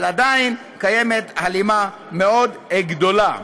אבל עדיין קיימת הלימה גדולה מאוד.